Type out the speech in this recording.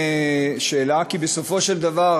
כי בסופו של דבר,